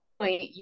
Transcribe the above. point